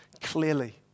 Clearly